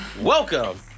Welcome